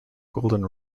golden